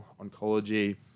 oncology